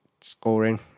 scoring